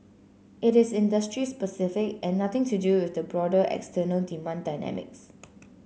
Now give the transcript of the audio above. it is industry specific and nothing to do with the broader external demand dynamics